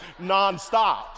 nonstop